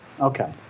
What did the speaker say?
Okay